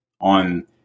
on